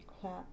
clap